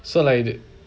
so like